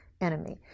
enemy